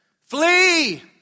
Flee